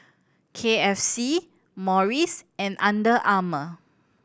K F C Morries and Under Armour